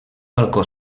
balcó